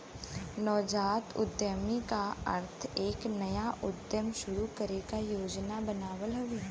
नवजात उद्यमी क अर्थ एक नया उद्यम शुरू करे क योजना बनावल हउवे